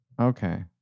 Okay